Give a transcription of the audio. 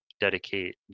dedicate